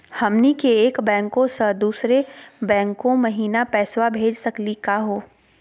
हमनी के एक बैंको स दुसरो बैंको महिना पैसवा भेज सकली का हो?